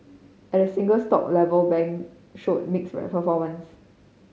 at the single stock level bank showed mixed performances